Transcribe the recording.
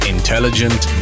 Intelligent